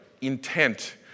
intent